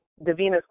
Davina's